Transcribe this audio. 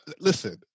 listen